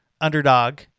underdog